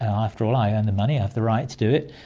after all, i earn the money, i have the right to do it,